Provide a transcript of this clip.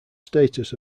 status